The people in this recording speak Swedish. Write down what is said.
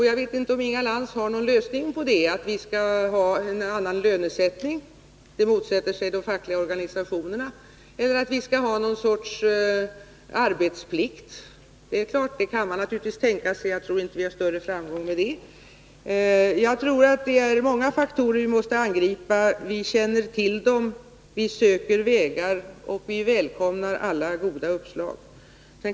Jag vet inte om Inga Lantz har någon lösning på detta: att vi skall ha en annan lönesättning, som de fackliga organisationerna motsätter sig, eller att vi skall ha någon sorts arbetsplikt. Det är klart att man kan tänka sig detta, men jag tror inte att vi vinner någon större framgång med det. Vi måste nog angripa flera faktorer. Vi känner till dem och söker vägar. Alla goda uppslag välkomnas.